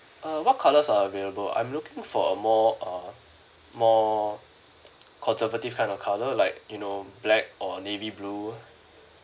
uh what colours are available I'm looking for a more uh more conservative kind of colour like you know black or navy blue